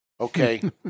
Okay